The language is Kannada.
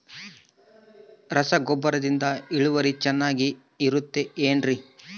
ರಸಗೊಬ್ಬರದಿಂದ ಇಳುವರಿ ಚೆನ್ನಾಗಿ ಬರುತ್ತೆ ಏನ್ರಿ?